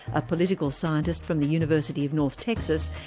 a political scientist from the university of north texas,